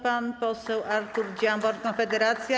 Pan poseł Artur Dziambor, Konfederacja.